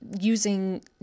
using